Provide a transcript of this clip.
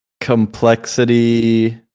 complexity